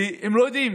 והם לא יודעים